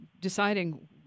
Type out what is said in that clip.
deciding